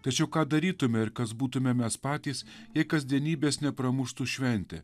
tačiau ką darytume ir kas būtume mes patys jei kasdienybės nepramuštų šventė